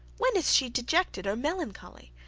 when is she dejected or melancholy?